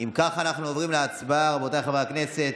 אם כך, אנחנו עוברים להצבעה, רבותיי חברי הכנסת,